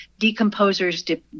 decomposers